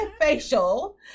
facial